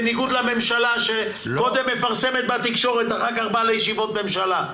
בניגוד לממשלה שקודם מפרסמת בתקשורת ואחר כך באה לישיבות ממשלה.